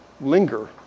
linger